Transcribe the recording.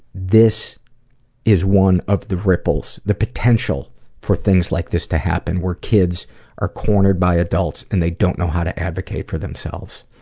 this is one of the ripples, the potential for things like this to happen where kids are cornered by adults and don't know how to advocate for themselves.